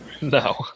No